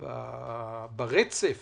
בפנינו, ברצף